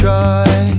try